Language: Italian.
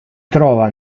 trova